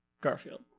Garfield